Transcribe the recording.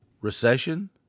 recession